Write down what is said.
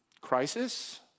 Crisis